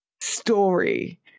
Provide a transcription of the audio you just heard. story